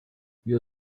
wir